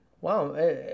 Wow